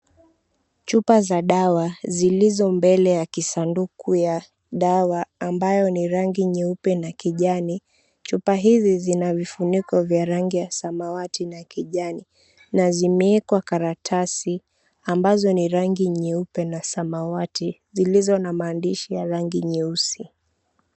Chupa za dawa zilizo mbele ya kisanduku ya dawa ambayo ni rangi nyeupe na kijani. Chupa hizi zina vifuniko vya rangi ya samawati na kijani na zimewekwa karatasi ambazo ni rangi nyeupe na samawati zilizo na maandishi ya rangi nyeusi.